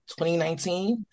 2019